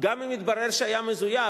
וגם אם יתברר שהיה מזויף,